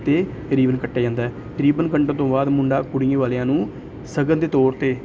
ਅਤੇ ਰੀਬਨ ਕੱਟਿਆ ਜਾਂਦਾ ਅਤੇ ਰੀਬਨ ਕੱਟਣ ਤੋਂ ਬਾਅਦ ਮੁੰਡਾ ਕੁੜੀ ਵਾਲਿਆਂ ਨੂੰ ਸ਼ਗਨ ਦੇ ਤੌਰ 'ਤੇ